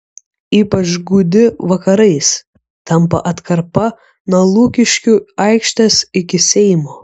ypač gūdi vakarais tampa atkarpa nuo lukiškių aikštės iki seimo